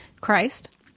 Christ